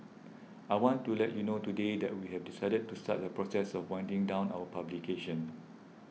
I want to let you know today that we have decided to start the process of winding down our publication